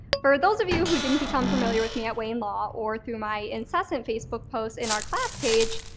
for those of you who didn't become familiar with me at wayne law or through my incessant facebook posts in our class page,